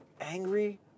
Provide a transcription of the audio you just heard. angry